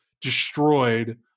destroyed